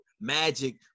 magic